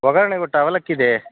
ಒಗ್ಗರಣೆ ಕೊಟ್ಟ ಅವಲಕ್ಕಿ ಇದೆ